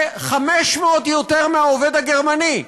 זה 500 יותר מהעובד הגרמני,